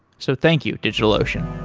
so thank you, digitalocean